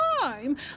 time